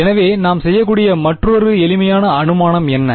எனவே நாம் செய்யக்கூடிய மற்றொரு எளிமையான அனுமானம் என்ன